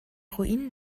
ruinen